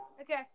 Okay